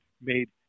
made